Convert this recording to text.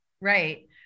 Right